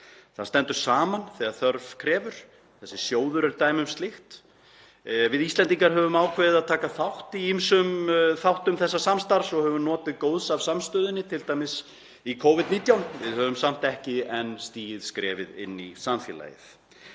Það stendur saman þegar þörf krefur. Þessi sjóður er dæmi um slíkt. Við Íslendingar höfum ákveðið að taka þátt í ýmsum þáttum þessa samstarfs og höfum notið góðs af samstöðunni, t.d. í Covid-19. Við höfum samt ekki enn stigið skrefið inn í samfélagið.